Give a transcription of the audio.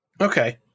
Okay